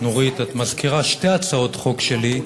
נורית, את מזכירה שתי הצעות חוק שלי: